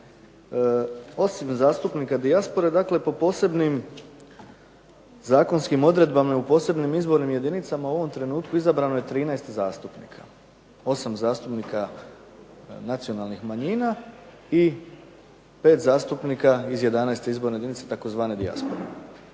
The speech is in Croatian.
Osim zastupnika dijaspore dakle, po posebnim zakonskim odredbama i u posebnim izbornim jedinicama u ovom trenutku izabrano je 13 zastupnika, 8 zastupnika nacionalnih manjina i 5 zastupnika iz 11. izborne jedinice, tzv. dijaspore.